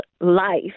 life